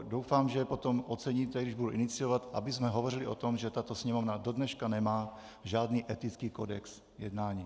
Doufám, že potom oceníte, když budu iniciovat, abychom hovořili o tom, že tato Sněmovna dodneška nemá žádný etický kodex jednání.